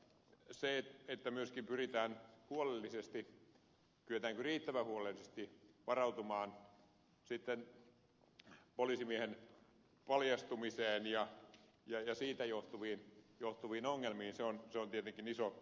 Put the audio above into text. se kyetäänkö myös riittävän huolellisesti varautumaan sitten poliisimiehen paljastumiseen ja siitä johtuviin ongelmiin on tietenkin iso kysymys